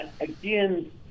again